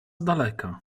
daleka